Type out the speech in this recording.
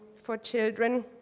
for children.